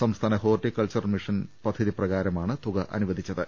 സംസ്ഥാന horticulture മിഷന്റെ പദ്ധതി പ്രകാരമാണ് തുക അനുവദിച്ചത്